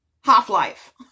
half-life